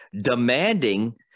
demanding